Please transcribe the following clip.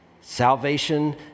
Salvation